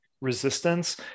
resistance